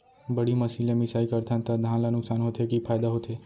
बड़ी मशीन ले मिसाई करथन त धान ल नुकसान होथे की फायदा होथे?